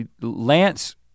Lance